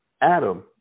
Adam